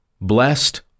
Blessed